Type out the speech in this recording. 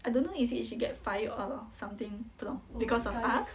I don't know is it she get fired or something 不懂 because of us